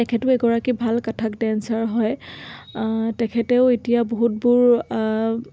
তেখেতো এগৰাকী ভাল কথক ডেঞ্চাৰ হয় তেখেতেও এতিয়া বহুতবোৰ